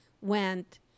went